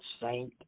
saint